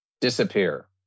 disappear